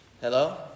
Hello